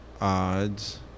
odds